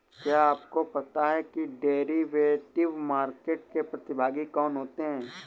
क्या आपको पता है कि डेरिवेटिव मार्केट के प्रतिभागी कौन होते हैं?